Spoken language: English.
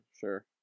Sure